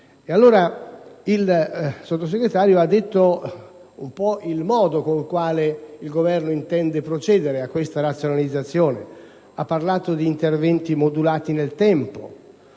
Il Sottosegretario ha illustrato il modo con cui il Governo intende procedere a questa razionalizzazione; ha parlato di interventi modulati nel tempo,